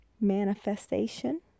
Manifestation